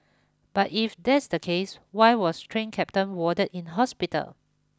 but if that's the case why was train captain warded in hospital